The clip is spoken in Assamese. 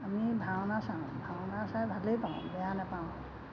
আমি ভাওনা চাওঁ ভাওনা চাই ভালেই পাওঁ বেয়া নাপাওঁ